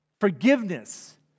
forgiveness